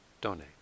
donate